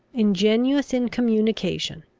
ingenuous in communication.